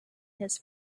his